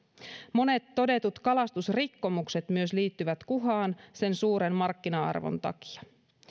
monet todetut kalastusrikkomukset myös liittyvät kuhaan sen suuren markkina arvon takia